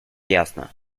ясно